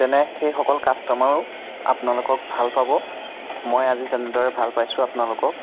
তেনেকৈ সেইসকল কাষ্টমাৰো আপোনালোকক ভাল পাব মই আজি যেনেদৰে ভাল পাইছোঁ আপোনালোকক